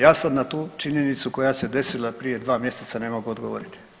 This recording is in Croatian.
Ja sam na tu činjenicu koja se desila prije dva mjeseca ne mogu odgovoriti.